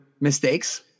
mistakes